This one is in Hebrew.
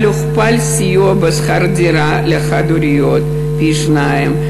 אבל הוכפל הסיוע בשכר הדירה לחד-הוריות, פי-שניים.